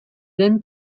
then